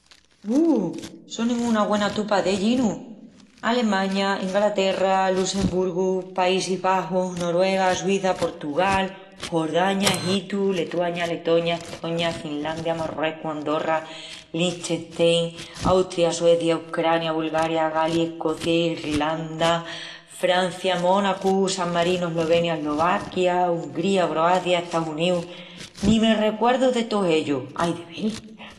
Bu! Sonin una güena tupa d’ellinus: Alemaña, Ingalaterra, Lussemburgu, Paísis Baxus, Noruega, Suíça, Portugal, Jordaña, Egitu, Letuaña, Letoña, Estoña, Filandia, Marruecus, Andorra, Liechtenstein, Austria, Suecia, Ucrania, Bulgaria, Galis, Escocia, Ilranda, Francia, Mónacu, San Marinu, Eslovenia, Eslovaquía, Ungría, Croacia, Estaus Uníus,… ni me recuerdu de tous ellus, ai de vel.